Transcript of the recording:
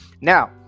Now